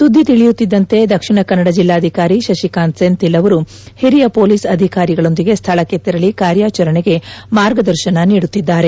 ಸುದ್ದಿ ತಿಳಿಯುತ್ತಿದ್ದಂತೆ ದಕ್ಷಿಣ ಕನ್ನಡ ಜಿಲ್ಲಾಧಿಕಾರಿ ಶಶಿಕಾಂತ್ ಸೆಂಥಿಲ್ ಅವರು ಹಿರಿಯ ಪೊಲೀಸ್ ಅಧಿಕಾರಿಗಳೊಂದಿಗೆ ಸ್ಥಳಕ್ಕೆ ತೆರಳಿ ಕಾರ್ಯಾಚರಣೆಗೆ ಮಾರ್ಗದರ್ಶನ ಮಾಡುತ್ತಿದ್ದಾರೆ